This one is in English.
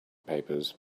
papers